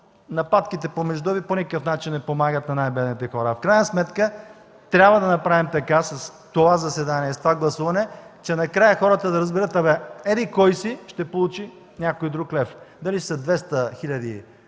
нападките помежду Ви по никакъв начин не помагат на най-бедните хора. А в крайна сметка трябва да направим така с това заседание, с това гласуване, накрая хората да разберат, че еди-кой си ще получи някой друг лев – дали ще са 200, или